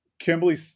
Kimberly